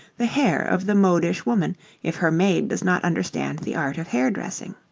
the hair of the modish woman if her maid does not understand the art of hair-dressing.